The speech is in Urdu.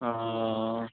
ہاں